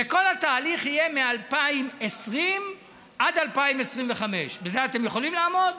וכל התהליך יהיה מ-2020 עד 2025. בזה אתם יכולים לעמוד?